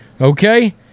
Okay